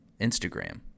Instagram